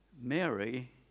Mary